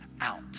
out